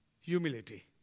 Humility